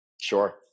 Sure